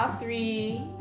three